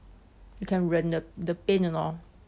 you can 忍 the the pain or not orh